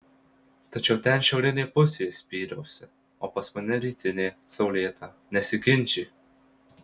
tačiau ten šiaurinė pusė spyriausi o pas mane rytinė saulėta nesiginčyk